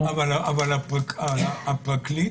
אבל הפרקליט,